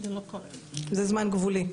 זה זמן גבולי,